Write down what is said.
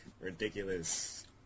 ridiculous